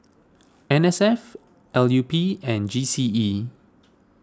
N S F L U P and G C E